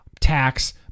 tax